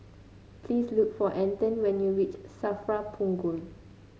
please look for Anton when you reach Safra Punggol